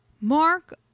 Mark